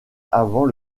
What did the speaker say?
avant